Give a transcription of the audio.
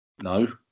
No